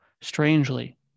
Strangely